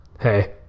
Hey